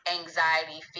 anxiety